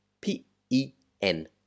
P-E-N